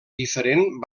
diferent